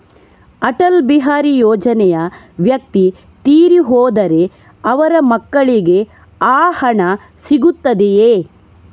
ಅಟಲ್ ಬಿಹಾರಿ ಯೋಜನೆಯ ವ್ಯಕ್ತಿ ತೀರಿ ಹೋದರೆ ಅವರ ಮಕ್ಕಳಿಗೆ ಆ ಹಣ ಸಿಗುತ್ತದೆಯೇ?